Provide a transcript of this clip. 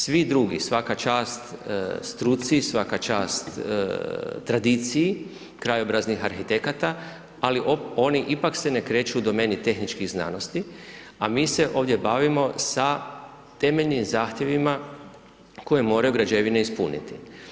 Svi drugi, svaka čast struci, svaka čast tradiciji krajobraznih arhitekata ali oni ipak se ne kreću u domeni tehničkih znanosti a mi se ovdje bavimo sa temeljnim zahtjevima koje moraju građevine ispuniti.